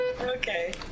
okay